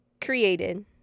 created